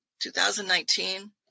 2019